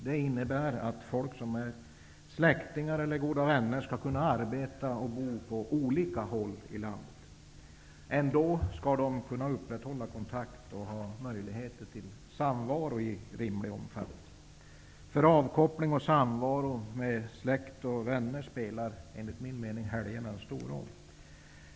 Det innebär att folk som är goda vänner eller släkt med varandra skall kunna arbeta och bo på olika håll i landet men ändå kunna upprätthålla kontakt och ha möjlighet till samvaro i rimlig omfattning. För avkoppling och för samvaro med släkt och vänner spelar helgdagarna en stor roll.